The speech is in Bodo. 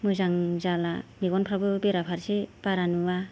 मोजां जाला मेगनफ्राबो बेराफारसे बारा नुवा